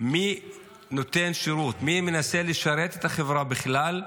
מי נותן שירות, מי מנסה לשרת את החברה בכלל,